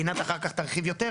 עינת אחר כך תרחיב יותר,